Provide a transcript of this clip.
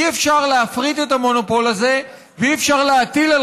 אי-אפשר להפריט את המונופול הזה ואי-אפשר להטיל על